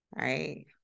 right